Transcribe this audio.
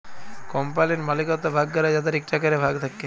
কম্পালির মালিকত্ব ভাগ ক্যরে যাদের একটা ক্যরে ভাগ থাক্যে